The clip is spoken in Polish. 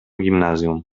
gimnazjum